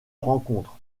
rencontres